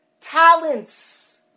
talents